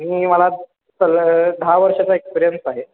मी मला सलग दहा वर्षाचा एक्सपिरियन्स आहे